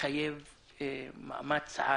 זה מחייב מאמץ על